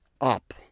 up